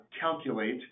calculate